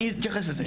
אני אתייחס לזה.